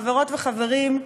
חברות וחברים,